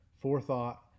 forethought